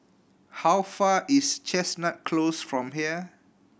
how far is Chestnut Close from here